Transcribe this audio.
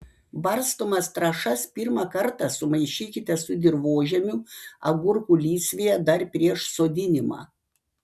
barstomas trąšas pirmą kartą sumaišykite su dirvožemiu agurkų lysvėje dar prieš sodinimą